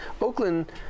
Oakland